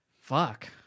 fuck